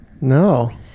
No